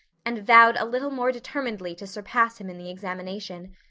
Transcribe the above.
and vowed a little more determinedly to surpass him in the examination.